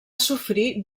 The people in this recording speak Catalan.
sofrir